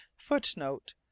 footnote